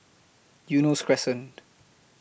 Eunos Crescent